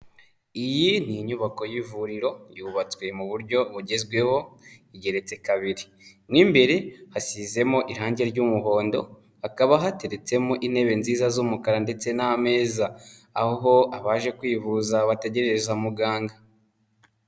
Iyi ni inyubako y'ivuriro yubatswe mu buryo bugezweho, igeretse kabiri mo imbere hasizemo irange ry'umuhondo, hakaba hateretsemo intebe nziza z'umukara ndetse n'ameza, aho abaje kwivuza bategerereza muganga.